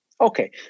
Okay